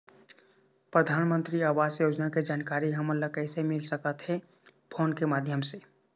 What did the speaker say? परधानमंतरी आवास योजना के जानकारी हमन ला कइसे मिल सकत हे, फोन के माध्यम से?